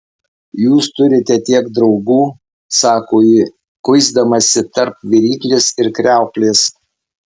jūs turite tiek draugų sako ji kuisdamasi tarp viryklės ir kriauklės